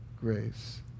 grace